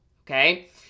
okay